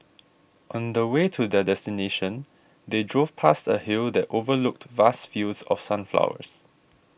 on the way to their destination they drove past a hill that overlooked vast fields of sunflowers